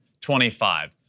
25